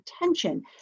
attention